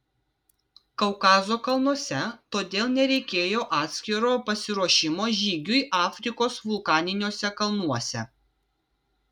kaukazo kalnuose todėl nereikėjo atskiro pasiruošimo žygiui afrikos vulkaniniuose kalnuose